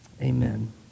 Amen